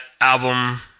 album